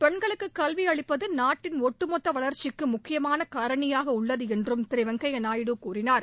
பெண்களுக்கு கல்வி அளிப்பது நாட்டின் ஒட்டுமொத்த வளர்ச்சிக்கு முக்கியமான காரணியாக உள்ளது என்று திரு வெங்கய்யா நாயுடு கூறினார்